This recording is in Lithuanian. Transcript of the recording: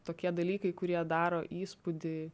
tokie dalykai kurie daro įspūdį